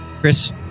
Chris